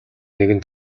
нэгэн